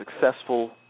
successful